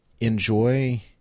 enjoy